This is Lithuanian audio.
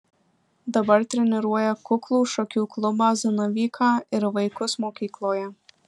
dabar treniruoja kuklų šakių klubą zanavyką ir vaikus mokykloje